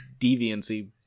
deviancy